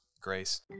grace